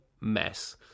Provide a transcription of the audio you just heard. mess